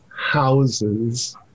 houses